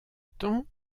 temps